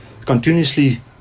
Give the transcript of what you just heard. continuously